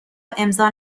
امضا